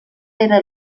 era